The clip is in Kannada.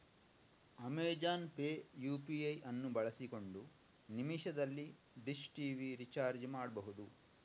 ಅಮೆಜಾನ್ ಪೇ ಯು.ಪಿ.ಐ ಅನ್ನು ಬಳಸಿಕೊಂಡು ನಿಮಿಷದಲ್ಲಿ ಡಿಶ್ ಟಿವಿ ರಿಚಾರ್ಜ್ ಮಾಡ್ಬಹುದು